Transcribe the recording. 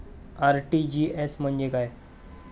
RTGS म्हणजे काय?